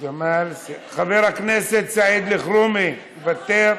חבר הכנסת סעיד אלחרומי, מוותר,